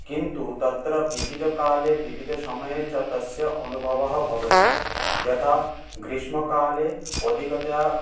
किन्तु तत्र विविधकाले विविधसमये च तस्य अनुभवः भवति यथा ग्रीष्मकाले अधिकतया